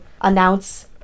announce